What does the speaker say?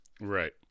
Right